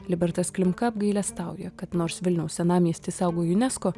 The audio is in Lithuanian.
libertas klimka apgailestauja kad nors vilniaus senamiestį saugo unesco